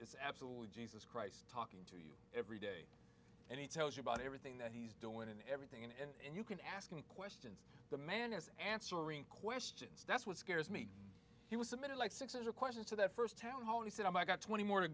is absolutely jesus christ talking to you every day and he tells you about everything that he's doing and everything in it and you can ask him a quest the man is answering questions that's what scares me he was submitted like six or questions to that first town hall and he said i've got twenty more to